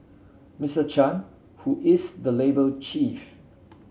Mister Chan who is the labour chief